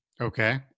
Okay